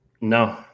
No